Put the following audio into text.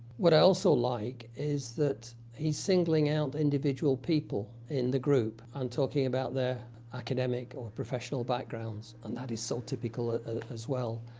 what i also like is that he's singling out individual people in the group and talking about their academic or professional backgrounds, and that is so typical as well.